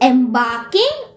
Embarking